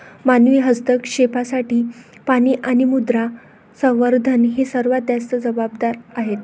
मानवी हस्तक्षेपासाठी पाणी आणि मृदा संवर्धन हे सर्वात जास्त जबाबदार आहेत